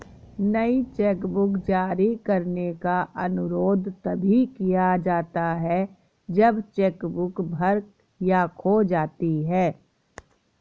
नई चेकबुक जारी करने का अनुरोध तभी किया जाता है जब चेक बुक भर या खो जाती है